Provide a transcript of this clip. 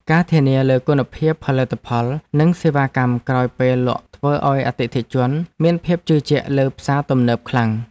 ការធានាលើគុណភាពផលិតផលនិងសេវាកម្មក្រោយពេលលក់ធ្វើឱ្យអតិថិជនមានភាពជឿជាក់លើផ្សារទំនើបខ្លាំង។